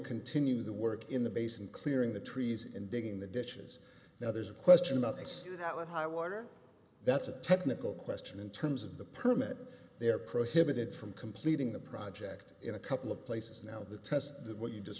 continue the work in the basin clearing the trees and digging the ditches now there's a question of ice how high water that's a technical question in terms of the permit they are prohibited from completing the project in a couple of places now the test that what you just